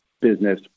business